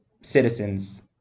citizens